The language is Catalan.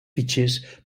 fitxers